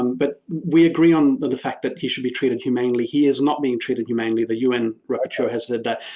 um but we agree on the the fact that he should be treated humanely. he is not being treated humanely the un rapperteur has said that,